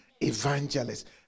evangelists